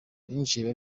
binjiye